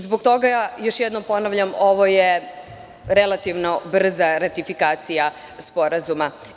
Zbog toga, još jednom ponavljam, ovo je relativno brza ratifikacija sporazuma.